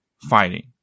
Fighting